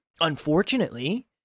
unfortunately